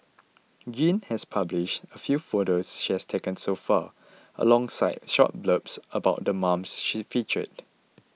Yin has published a few photos she has taken so far alongside short blurbs about the moms she featured